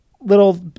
little